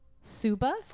suba